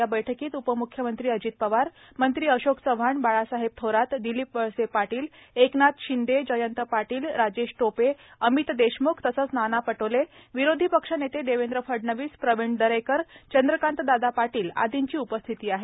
या बैठकीत उपमुख्यमंत्री अजित पवार मंत्री अशोक चव्हाण बाळासाहेब थोरात दिलीप वळसे पाटील एकनाथ शिंदे जयंत पाटील राजेश टोपे अमित देशमुख तसेच नाना पटोले विरोधी पक्ष नेते देवेंद्र फडणवीस प्रवीण दरेकर चंद्रकांतदादा पाटील आर्दींची उपस्थिती आहे